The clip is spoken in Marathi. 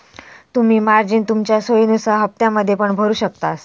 तुम्ही मार्जिन तुमच्या सोयीनुसार हप्त्त्यांमध्ये पण भरु शकतास